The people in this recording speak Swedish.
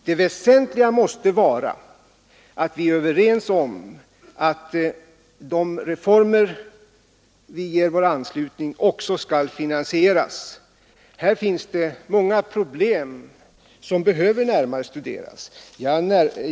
Det väsentliga måste vara att vi är eniga om att de reformer som vi ger vår anslutning även skall finansieras. Här finns många problem som behöver närmare studeras.